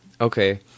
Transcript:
Okay